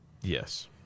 Yes